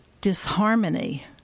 disharmony